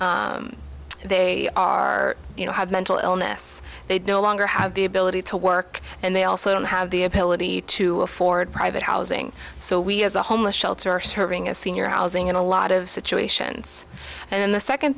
that they are you know have mental illness they've no longer have the ability to work and they also don't have the ability to afford private housing so we as a homeless shelter are serving as senior housing in a lot of situations and then the second